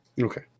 Okay